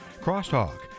Crosstalk